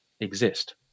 exist